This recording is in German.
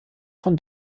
von